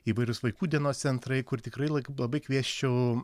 įvairūs vaikų dienos centrai kur tikrai labai kviesčiau